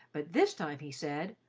but this time he said,